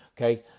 Okay